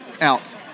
out